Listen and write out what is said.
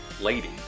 Lady